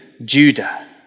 Judah